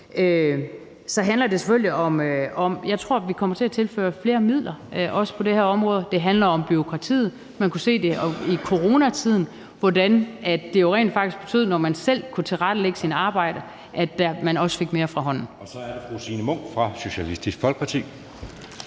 ét enkelt patientjournalsystem. Jeg tror, at vi kommer til at tilføre flere midler, også til det her område. Det handler om bureaukratiet. Man kunne se i coronatiden, hvordan det jo rent faktisk betød, at man, når man selv kunne tilrettelægge sit arbejde, også fik mere fra hånden. Kl. 14:15 Anden næstformand (Jeppe Søe): Så er det fru Signe Munk fra Socialistisk Folkeparti.